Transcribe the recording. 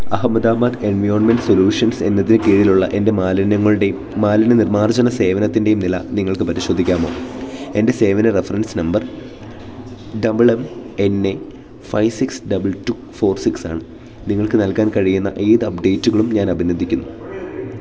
Ahmedabad environment solutions എന്നതിന് കീഴിലുള്ള എൻ്റെ മാലിന്യങ്ങളുടെയും മാലിന്യ നിർമ്മാർജ്ജന സേവനത്തിൻ്റെയും നില നിങ്ങൾക്ക് പരിശോധിക്കാമോ എൻ്റെ സേവന reference number double M N A five six double two four സിക്സാണ് നിങ്ങൾക്ക് നൽകാൻ കഴിയുന്ന ഏത് അപ്ഡേറ്റുകളും ഞാൻ അഭിനന്ദിക്കുന്നു